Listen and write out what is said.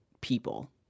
people